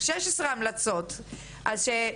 16 ההמלצות שבדו"ח.